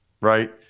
right